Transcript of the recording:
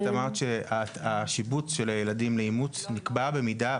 את אמרת שהשיבוץ של הילדים לאימוץ נקבע במידת